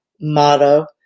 motto